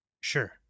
Sure